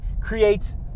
creates